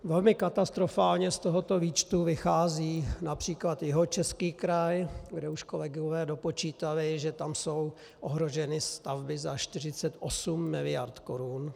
Velmi katastrofálně z tohoto výčtu vychází například Jihočeský kraj, kde už kolegové dopočítali, že tam jsou ohroženy stavby za 48 miliard korun.